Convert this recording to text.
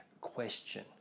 question